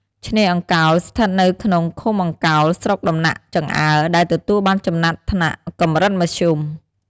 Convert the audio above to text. ឆ្នេរអង្កោល ស្ថិតនៅក្នុងឃុំអង្កោល ស្រុកដំណាក់ចង្អើរ ដែលទទួលបានចំណាត់ថ្នាក់ "កម្រិតមធ្យម" ។